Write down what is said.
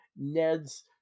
Ned's